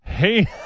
hey